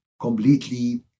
completely